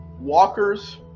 walkers